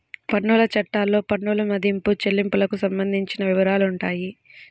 పన్నుల చట్టాల్లో పన్నుల మదింపు, చెల్లింపులకు సంబంధించిన వివరాలుంటాయి